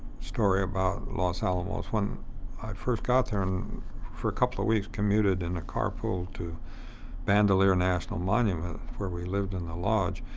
story about los alamos. when i first got there and for a couple of weeks commuted in a car pool to bandelier national monument, where we lived in the lodge.